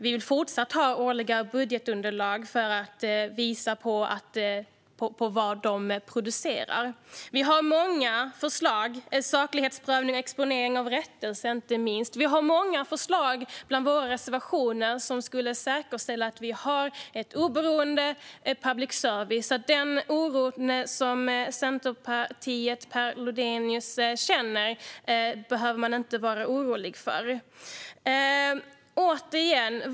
Vi vill fortsätta att ha årliga budgetunderlag för att se vad som produceras. Vi har många förslag, till exempel saklighetsprövning och exponering av rättelse. Vi har många förslag bland våra reservationer som skulle säkerställa ett oberoende public service. Per Lodenius och Centerpartiet behöver inte känna oro.